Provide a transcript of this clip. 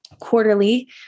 Quarterly